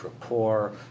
rapport